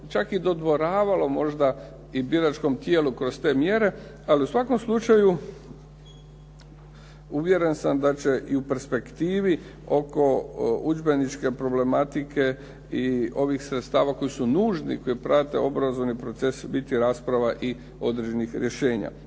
čak i dodvoravalo možda i biračkom tijelu kroz te mjere, ali u svakom slučaju uvjeren sam da će i u perspektivi oko udžbeničke problematike i ovih sredstava koji su nužni, koji prate obrazovni proces biti rasprava i određenih rješenje.